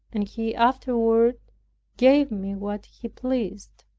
and he afterward gave me what he pleased.